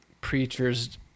preachers